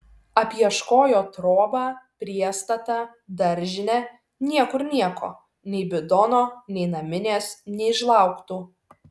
apieškojo trobą priestatą daržinę niekur nieko nei bidono nei naminės nei žlaugtų